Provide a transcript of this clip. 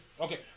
Okay